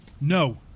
No